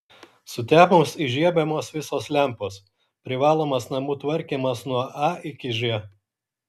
sutemus įžiebiamos visos lempos privalomas namų tvarkymas nuo a iki ž